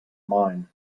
mind